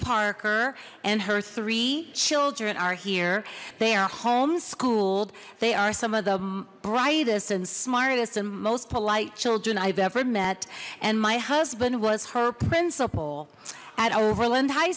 parker and her three children are here they are home schooled they are some of the brightest and smartest and most polite children i've ever met and my husband was her principal at overland high